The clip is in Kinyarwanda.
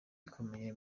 ikomeye